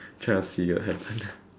trust you will have fun ah